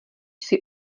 jsi